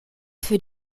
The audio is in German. für